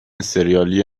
ســریالی